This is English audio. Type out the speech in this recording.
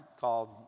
called